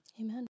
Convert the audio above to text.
amen